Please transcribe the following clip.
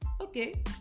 okay